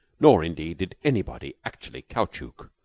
nor, indeed, did anybody actually caoutchouc,